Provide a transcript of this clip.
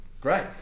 Great